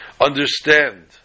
Understand